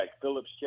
Phillips